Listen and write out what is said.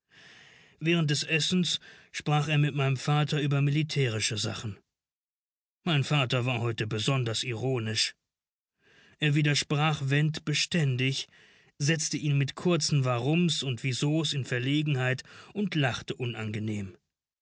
während des essens sprach er mit meinem vater über militärische sachen mein vater war heute besonders ironisch er widersprach went beständig setzte ihn mit kurzen warums und wiesos in verlegenheit und lachte unangenehm